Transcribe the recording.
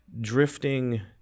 drifting